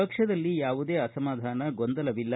ಪಕ್ಷದಲ್ಲಿ ಯಾವುದೇ ಅಸಮಾಧಾನ ಗೊಂದಲವಿಲ್ಲ